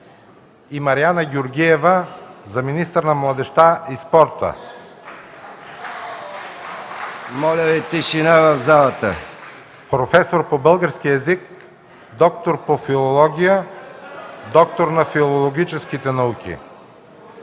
Моля за тишина в залата!